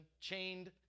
chained